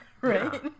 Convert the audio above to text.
right